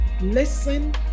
Listen